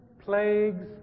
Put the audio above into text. plagues